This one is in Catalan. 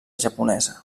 japonesa